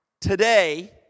today